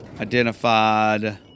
identified